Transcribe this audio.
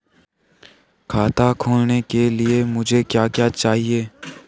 खाता खोलने के लिए मुझे क्या क्या चाहिए?